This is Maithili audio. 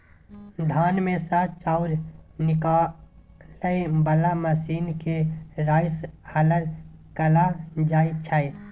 धान मे सँ चाउर निकालय बला मशीन केँ राइस हलर कहल जाइ छै